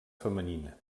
femenina